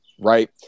Right